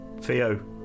Theo